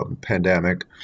pandemic